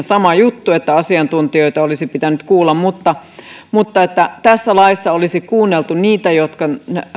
sama juttu että asiantuntijoita olisi pitänyt kuulla että tässä laissa olisi kuunneltu niitä jotka